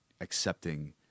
accepting